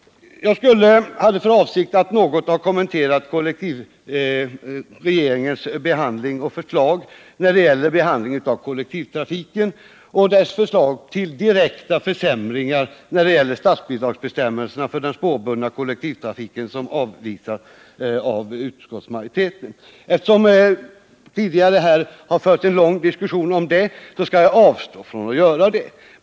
Jag hade egentligen för avsikt att något kommentera regeringens behandling av frågan om kollektivtrafiken samt regeringens förslag till direkta försämringar när det gäller bidragsbestämmelserna för den spårbundna kollektivtrafiken som avvisades av utskottsmajoriteten. Eftersom vi här tidigare haft en lång diskussion om det skall jag avstå från att kommentera denna del.